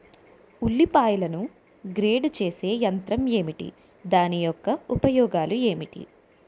ఉల్లిపాయలను గ్రేడ్ చేసే యంత్రం ఏంటి? దాని ఉపయోగాలు ఏంటి?